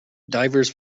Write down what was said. divers